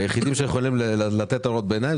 היחידים שיכולים לתת קריאות ביניים,